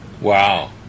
Wow